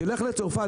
תלך לצרפת,